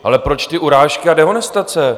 Ale proč ty urážky a dehonestace?